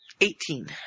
Eighteen